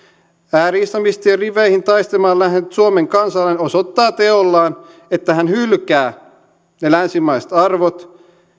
ääri islamistien riveihin taistelemaan lähtenyt suomen kansalainen osoittaa teollaan että hän hylkää ne länsimaiset arvot